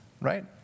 Right